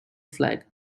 flag